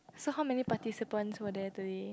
so how many participants were there today